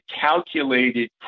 calculated